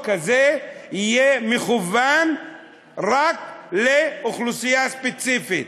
הזה יהיה מכוון רק לאוכלוסייה ספציפית.